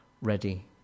ready